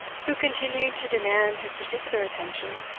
who continued to demand his particular attention,